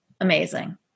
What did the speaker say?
amazing